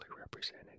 represented